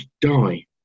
die